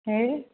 હે